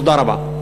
תודה רבה.